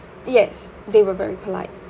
yes they were very polite